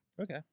Okay